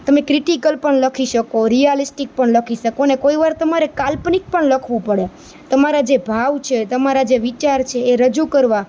તમે ક્રીટિકલ પણ લખી શકો રીયાલીસ્ટિક પણ લખી શકો ને કોઈ વાર તમારે કાલ્પનિક પણ લખવું પડે તમારા જે ભાવ છે તમારા જે વિચાર છે એ રજૂ કરવા